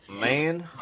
man